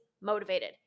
motivated